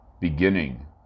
Beginning